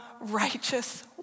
righteous